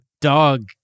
dog